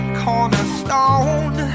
cornerstone